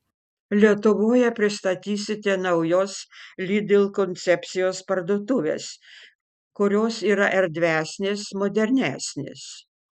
lietuvoje pristatysite naujos lidl koncepcijos parduotuves kurios yra erdvesnės modernesnės